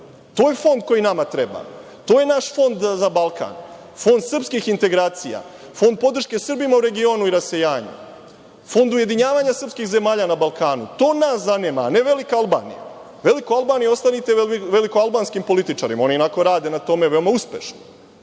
To je fond koji nama treba. To je naš fond za Balkan, fond srpskih integracija, fond podrške Srbima u regionu i rasejanju, fond ujedinjavanja srpskih zemalja na Balkanu. To nas zanima, a ne velika Albanija. Veliku Albaniju ostavite velikoalbanskim političarima. Oni ionako rade na tome veoma uspešno.